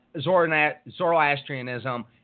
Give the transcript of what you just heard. Zoroastrianism